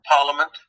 Parliament